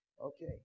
Okay